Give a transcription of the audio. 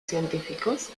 científicos